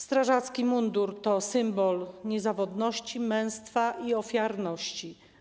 Strażacki mundur to symbol niezawodności, męstwa i ofiarności.